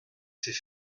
c’est